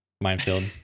minefield